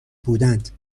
بودند